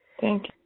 Thank